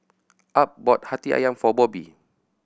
Ab bought Hati Ayam for Bobby